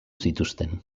zituzten